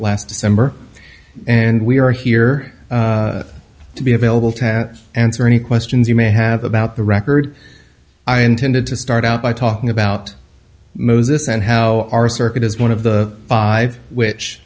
last december and we are here to be available to answer any questions you may have about the record i intended to start out by talking about moses and how our circuit is one of the five which